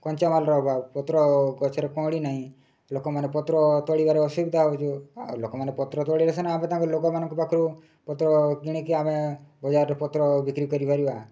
କଞ୍ଚାମାଲର ଅଭାବ ପତ୍ର ଗଛରେ କଅଁଳି ନାହିଁ ଲୋକମାନେ ପତ୍ର ତୋଳିବାରେ ଅସୁବିଧା ହେଉଛି ଆଉ ଲୋକମାନେ ପତ୍ର ତୋଳିବାରେ ସିନା ଆମେ ତାଙ୍କ ଲୋକମାନଙ୍କ ପାଖରୁ ପତ୍ର କିଣିକି ଆମେ ବଜାରରେ ପତ୍ର ବିକ୍ରି କରିପାରିବା